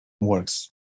works